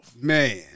Man